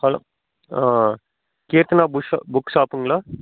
hello Keerthana புஷ்ஷா book ஷாப்புங்களா